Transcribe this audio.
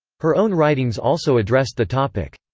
her own writings also addressed the topic.